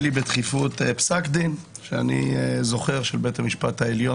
לי בדחיפות פסק דין שאני זוכר של בית המשפט העליון,